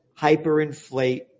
hyperinflate